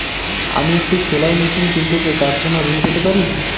আমি একটি সেলাই মেশিন কিনতে চাই তার জন্য ঋণ পেতে পারি?